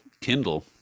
Kindle